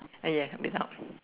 ah yeah without